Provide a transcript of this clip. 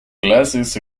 clases